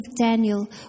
Daniel